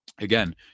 again